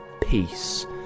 peace